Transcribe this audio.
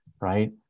Right